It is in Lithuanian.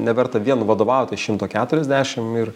neverta vien vadovautis šimto keturiasdešim ir